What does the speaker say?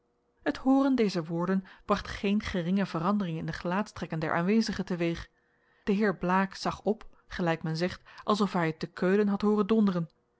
het hooren dezer woorden bracht geen geringe verandering in de gelaatstrekken der aanwezigen teweeg de heer blaek zag op gelijk men zegt alsof hij het te keulen had hooren donderen